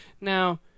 now